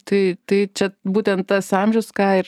tai tai čia būtent tas amžius ką ir